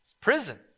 prison